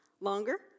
Longer